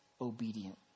obedient